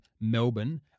Melbourne